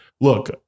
look